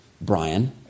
Brian